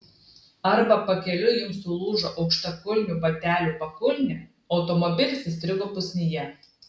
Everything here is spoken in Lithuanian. arba pakeliui jums sulūžo aukštakulnių batelių pakulnė automobilis įstrigo pusnyje